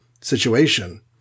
situation